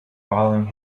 following